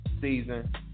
season